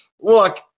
look